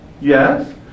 Yes